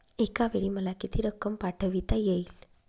एकावेळी मला किती रक्कम पाठविता येईल?